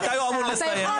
מתי הוא אמור לסיים?